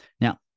Now